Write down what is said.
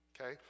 Okay